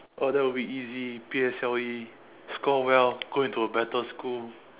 oh that will be easy P_S_L_E score well go into a better school